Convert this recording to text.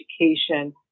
education